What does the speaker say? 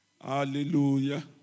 Hallelujah